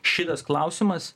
šitas klausimas